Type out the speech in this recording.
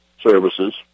services